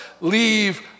leave